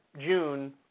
June